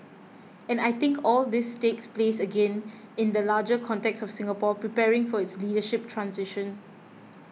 and I think all this takes place again in that larger context of Singapore preparing for its leadership transition